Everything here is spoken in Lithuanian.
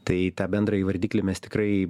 tai tą bendrąjį vardiklį mes tikrai